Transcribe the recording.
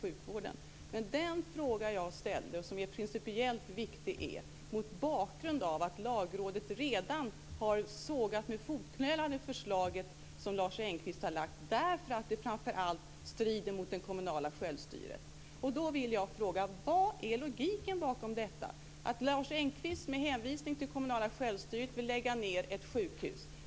Men den fråga som jag ställde, och som är principiellt viktig, var mot bakgrund av att Lagrådet redan har sågat det förslag som Lars Engqvist har lagt fram längs med fotknölarna, framför allt för att det strider mot det kommunala självstyret. Då vill jag fråga: Vad är logiken bakom detta? Lars Engqvist vill med hänvisning till det kommunala självstyret lägga ned ett sjukhus.